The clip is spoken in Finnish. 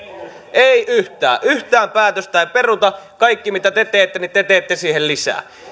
ei yhtään yhtään päätöstä ei peruta kaikessa mitä te teette te teette lisää